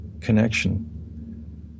connection